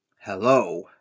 Hello